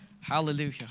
hallelujah